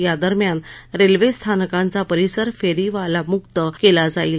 या दरम्यान रेल्वे स्थानकांचा परिसर फेरीवालामुक्त केला जाईल